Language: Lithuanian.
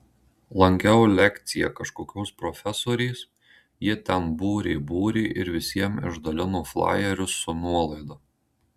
lankiau lekcija kažkokios profesorės ji ten būrė būrė ir visiem išdalino flajerius su nuolaida